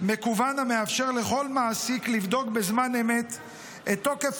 מקוון המאפשר לכל מעסיק לבדוק בזמן אמת את תוקף